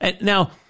Now